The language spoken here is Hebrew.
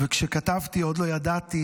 וכשכתבתי עוד לא ידעתי